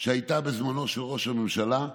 שהייתה בזמנו של ראש הממשלה,